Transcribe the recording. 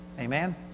Amen